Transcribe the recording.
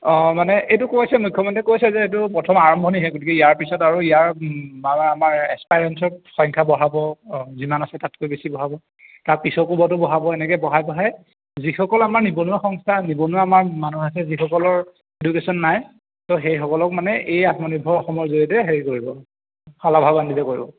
অঁ মানে এইটো কৈছে মুখ্যমন্ত্ৰী কৈছে যে এইটো প্ৰথম আৰম্ভণিহে গতিকে ইয়াৰ পিছত আৰু ইয়াৰ মালা আমাৰ এক্সপায়ৰেঞ্চত সংখ্যা বঢ়াব অঁ যিমান আছে তাতকৈ বেছি বঢ়াব তাৰ পিছকোবতো বঢ়াব এনেকে বঢ়াই বঢ়াই যিসকল আমাৰ নিবনুৱা সংস্থা নিবনুৱা আমাৰ মানুহ আছে যিসকলৰ এডুকেশ্যন নাই তো সেইসকলক মানে এই আত্মনিভৰ অসমৰ জৰিয়তে হেৰি কৰিব সলাভান্ৱিত কৰিব